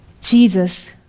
Jesus